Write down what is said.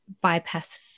bypass